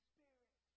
Spirit